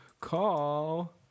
call